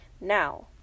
Now